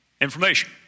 information